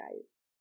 guys